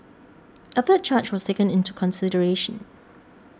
a third charge was taken into consideration